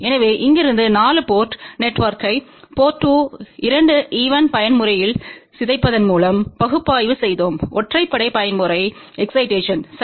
எனவே இங்கிருந்து 4 போர்ட் நெட்வொர்க்கை 2 ஈவ் பயன்முறையில் சிதைப்பதன் மூலம் பகுப்பாய்வு செய்தோம் ஒற்றைப்படை பயன்முறை எக்ஸைடேஷன் சரி